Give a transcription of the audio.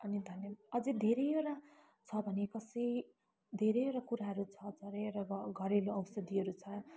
अनि धन अझ धेरैवटा छ भने कसै धेरैवटा कुराहरू छ हरे घरेलु औषधीहरू छ